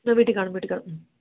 ഞാൻ വീട്ടിൽ കാണും വീട്ടിൽ കാണും